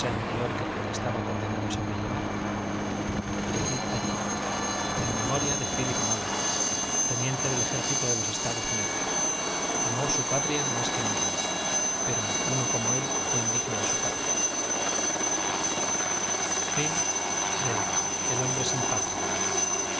mayor de la que estaba condenado a sobrellevar decid allí en memoria de phílip nolan teniente del ejército de los estados unidos amó su patria más que ninguno pero ninguno como él fué indigno de su patria